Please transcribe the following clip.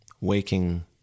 waking